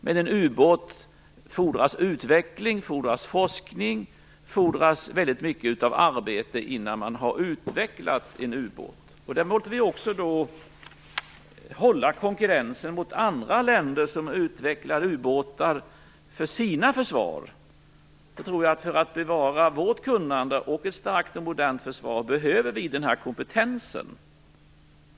Men det fordras utveckling, forskning och väldigt mycket av arbete innan man har utvecklat en ubåt. Då måste vi också upprätthålla konkurrensen mot andra länder som utvecklar ubåtar för sina försvar. För att bevara vårt kunnande och ett starkt och modernt försvar behöver vi den här kompetensen.